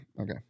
Okay